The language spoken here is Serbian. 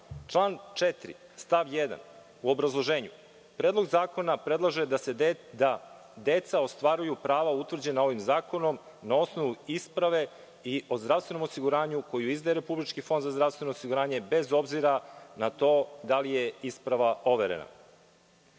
član 4. stav 1. u obrazloženju - Predlog zakona predlaže deca ostvaruju prava utvrđena ovim zakonom na osnovu isprave i o zdravstvenom osiguranju koju izdaje Republički fond za zdravstveno osiguranje bez obzira na to da li je isprava overena. Mislim